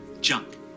junk